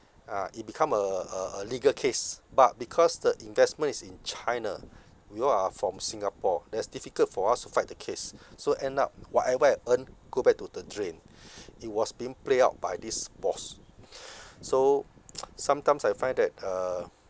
ah it become a a a legal case but because the investment is in china we all are from singapore that's difficult for us to fight the case so end up whatever I earn go back to the drain it was being play out by this boss so sometimes I find that uh